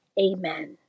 Amen